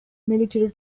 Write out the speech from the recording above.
military